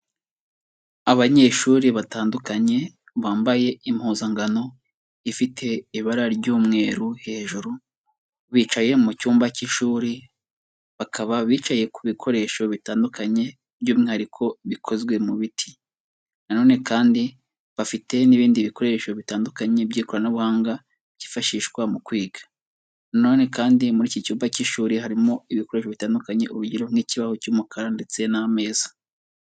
Abanyeshuri batandukanye bambaye impuzangano ifite ibara ry'umweru hejuru, bicaye mu cyumba cy'ishuri, bakaba bicaye ku bikoresho bitandukanye by'umwihariko ibikozwe mu biti, nanone kandi bafite n'ibindi bikoresho bitandukanye by'ikoranabuhanga, byifashishwa mu kwiga nanone kandi muri iki cyumba cy'ishuri harimo ibikoresho bitandukanye, urugero nk'ikibaho cy'umukara ndetse n'amezaza.